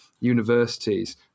universities